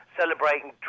celebrating